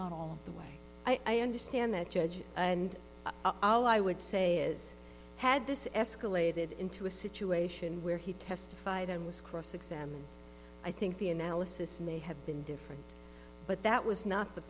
not all the way i understand that judge and all i would say is had this escalated into a situation where he testified and was cross examined i think the analysis may have been different but that was not the